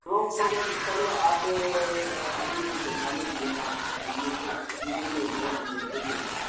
drop وغیرہ تو پہلے آپ ابھی جو دکھانے کے لیے آئے ہیں تو یہ تو دوسروں میں ایک ڈراپ ہم لوگ دیتے ہیں